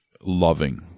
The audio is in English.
loving